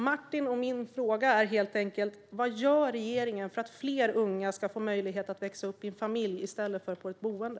Martins och min fråga är helt enkelt: Vad gör regeringen för att fler unga ska få möjlighet att växa upp i en familj i stället för i ett boende?